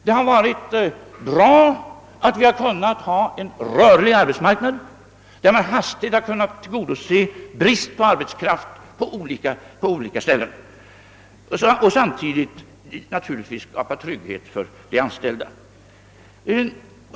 Det har varit bra att vi har kunnat ha en rörlig arbetsmarknad, där man hastigt har kunnat tillgodose behoven av arbetskraft på olika ställen och samtidigt skapat trygghet för de anställda.